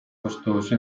costoso